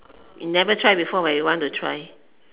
never try before but you want to try